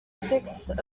sixth